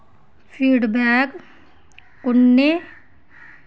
feedback कु'न्नै